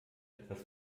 etwas